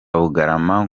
bugarama